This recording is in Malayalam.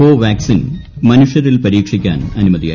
കോവാക്സിൻ മനുഷ്യരിൽ പരീക്ഷിക്കാൻ അനുമതിയായി